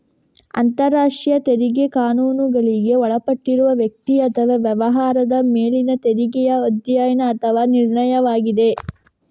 ಅಂತರರಾಷ್ಟ್ರೀಯ ತೆರಿಗೆ ಕಾನೂನುಗಳಿಗೆ ಒಳಪಟ್ಟಿರುವ ವ್ಯಕ್ತಿ ಅಥವಾ ವ್ಯವಹಾರದ ಮೇಲಿನ ತೆರಿಗೆಯ ಅಧ್ಯಯನ ಅಥವಾ ನಿರ್ಣಯವಾಗಿದೆ